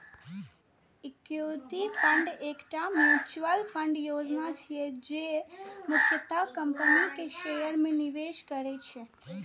equity fund एकटा mutual fund योजना छियै, जे मुख्यतः कंपनीक शेयर मे निवेश करै छै